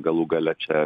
galų gale čia